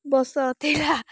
ବୋଷ ଥିଲା